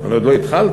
אני עוד לא התחלתי.